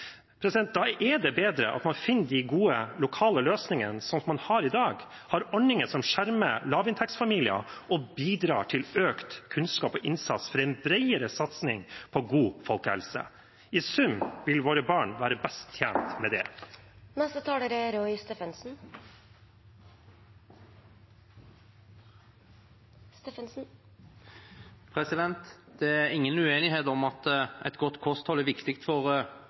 Da er det bedre at man finner de gode, lokale løsningene som man har i dag: ordninger som skjermer lavinntektsfamilier og bidrar til økt kunnskap og innsats for en bredere satsing på god folkehelse. I sum vil våre barn være best tjent med det. Det er ingen uenighet om at et godt kosthold er viktig for